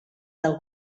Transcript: del